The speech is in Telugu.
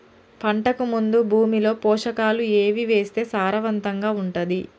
పంటకు ముందు భూమిలో పోషకాలు ఏవి వేస్తే సారవంతంగా ఉంటది?